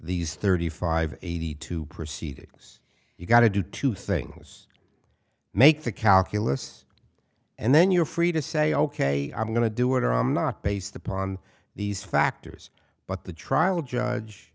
these thirty five eighty two proceedings you've got to do two things make the calculus and then you're free to say ok i'm going to do or i'm not based upon these factors but the trial judge